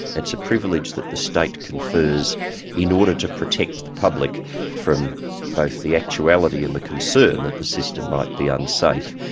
it's a privilege that the state confers in order to protect the public from both the actuality and the concern that the system might be unsafe.